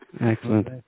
Excellent